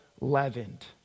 leavened